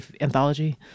anthology